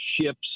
ships